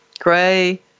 Gray